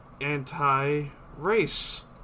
anti-race